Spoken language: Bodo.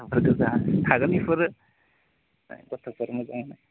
गथ'फोरखौ जाहोनाय थागोन बेफोरो गथ'फोर मोजां